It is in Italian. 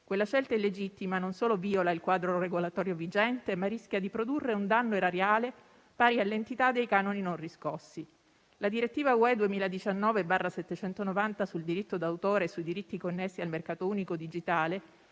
Quella scelta illegittima non solo viola il quadro regolatorio vigente, ma rischia anche di produrre un danno erariale pari all'entità dei canoni non riscossi. La direttiva UE 2019/790 sul diritto d'autore e sui diritti connessi al mercato unico digitale